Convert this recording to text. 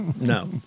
No